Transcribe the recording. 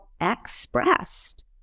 expressed